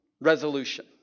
resolution